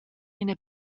ina